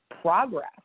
progress